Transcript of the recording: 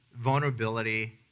vulnerability